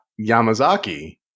Yamazaki